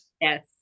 Yes